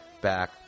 back